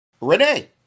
Renee